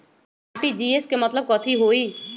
RTGS के मतलब कथी होइ?